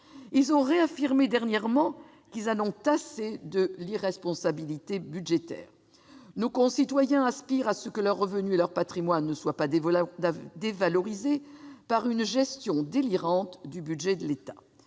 Ils ont réaffirmé dernièrement qu'ils en avaient assez de l'irresponsabilité budgétaire. Nos concitoyens aspirent à ce que leur revenu et leur patrimoine ne soient pas dévalorisés par une gestion délirante du budget de l'État.